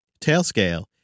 Tailscale